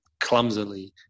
clumsily